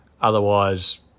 Otherwise